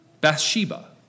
Bathsheba